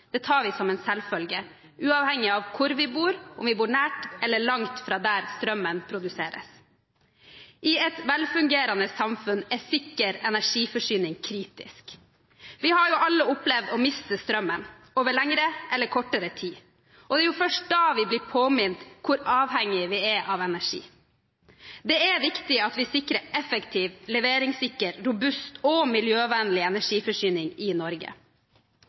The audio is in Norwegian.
bor, tar vi som en selvfølge uavhengig av hvor vi bor, om vi bor nær eller langt fra der strømmen produseres. I et velfungerende samfunn er sikker energiforsyning kritisk. Vi har jo alle opplevd å miste strømmen over lengre eller kortere tid, og det er jo først da vi blir minnet om hvor avhengige vi er av energi. Det er viktig at vi sikrer effektiv, leveringssikker, robust og miljøvennlig energiforsyning i Norge.